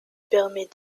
permet